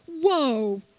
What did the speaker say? Whoa